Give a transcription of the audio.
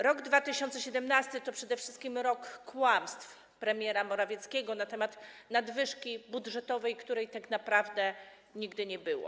Rok 2017 to przede wszystkim rok kłamstw premiera Morawieckiego na temat nadwyżki budżetowej, której tak naprawdę nigdy nie było.